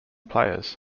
players